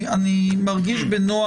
אני מרגיש בנוח.